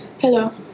Hello